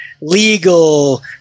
legal